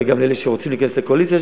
וגם לאלה שרוצים להיכנס לקואליציה.